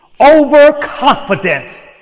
overconfident